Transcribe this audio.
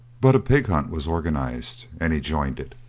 but a pig hunt was organised, and he joined it.